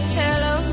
hello